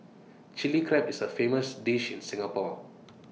Chilli Crab is A famous dish in Singapore